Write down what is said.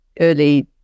early